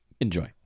enjoy